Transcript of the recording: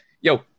yo